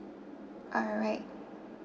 alright